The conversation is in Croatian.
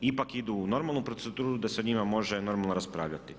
ipak idu u normalnu proceduru, da se o njima može normalno raspravljati.